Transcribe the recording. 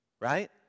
right